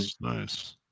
nice